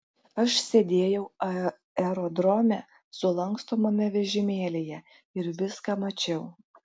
aš sėdėjau aerodrome sulankstomame vežimėlyje ir viską mačiau